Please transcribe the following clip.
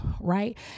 right